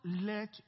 let